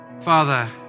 Father